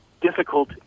difficult